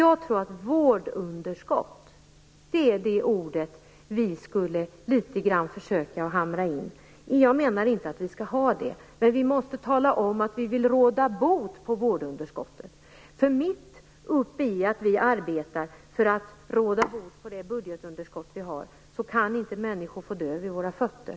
Jag tror att "vårdunderskott" är det ord vi i stället skulle försöka att litet grand hamra in. Jag menar inte att vi skall ha det. Men vi måste tala om att vi vill råda bot på vårdunderskottet. Mitt uppe i vårt arbete med att råda bot på budgetunderskottet kan inte människor få dö vid våra fötter.